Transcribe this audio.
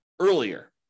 earlier